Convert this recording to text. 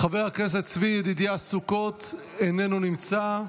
חבר הכנסת צבי ידידיה סוכות, איננו נמצא.